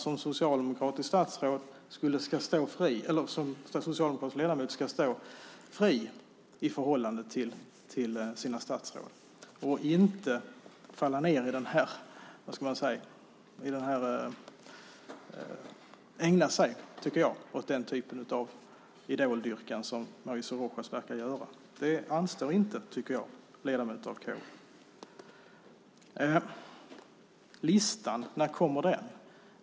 Som socialdemokratisk ledamot ska man stå fri i förhållande till sina statsråd och inte ägna sig åt den typ av idoldyrkan som Mauricio Rojas verkar göra. Jag tycker inte att det anstår ledamöter av KU. Mauricio Rojas frågar: När kommer listan?